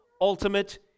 ultimate